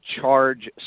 charge